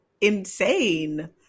insane